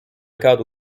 cadre